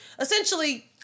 essentially